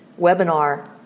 webinar